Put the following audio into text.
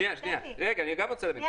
רגע, אני גם רוצה להבין.